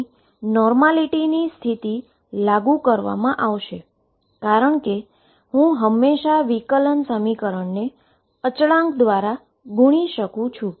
અહી નોર્માલીટીની આ સ્થિતિ લાગુ કરવામાં આવશે કારણ કે હું હંમેશાં ડીફરન્શીયેશન સમીકરણને કોન્સ્ટન્ટ દ્વાર ગુણી શકું છું